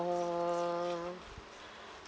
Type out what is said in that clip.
uh